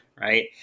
right